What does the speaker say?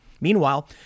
Meanwhile